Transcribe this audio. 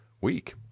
week